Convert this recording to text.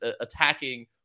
attacking